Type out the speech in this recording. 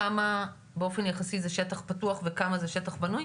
כמה באופן יחסי הוא שטח פתוח וכמה הוא שטח בנוי?